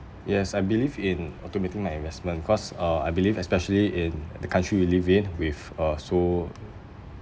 yes I believe in automating my investment cause uh I believe especially in the country we live in with uh so